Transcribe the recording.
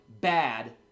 bad